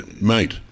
Mate